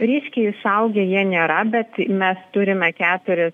ryškiai suaugę jie nėra bet mes turime keturis